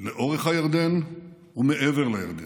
לאורך הירדן ומעבר לירדן,